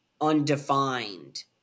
undefined